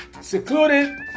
secluded